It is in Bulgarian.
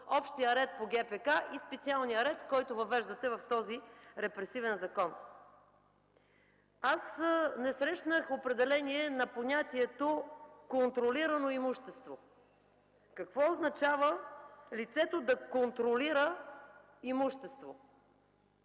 общия ред по ГПК и специалния ред, който въвеждате в този репресивен закон. Не срещнах определение на понятието „контролирано имущество”. Какво означава лицето да контролира имущество?